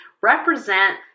represent